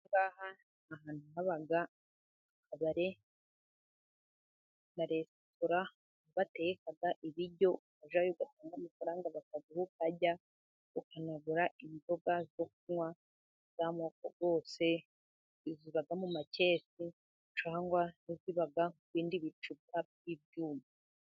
Aha ahantu haba akabare na resitora bateka ibiryo ujyayo, ugatanga amafaranga bakaguha ukarya, ukanagura inzoga zo kunywa z'amoko yose. Iziba mu makese cyangwa iziba mu bindi bicupa by'ibyuma.